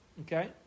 Okay